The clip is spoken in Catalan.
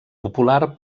popular